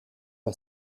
les